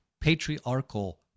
patriarchal